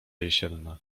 jesienna